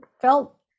felt